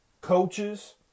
coaches